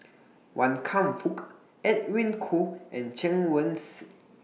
Wan Kam Fook Edwin Koo and Chen Wen Hsi